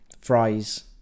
Fries